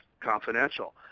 confidential